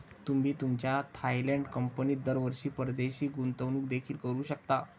तुम्ही तुमच्या थायलंड कंपनीत दरवर्षी परदेशी गुंतवणूक देखील करू शकता